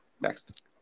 Next